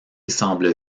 semble